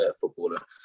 footballer